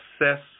assess